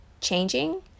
changing